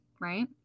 right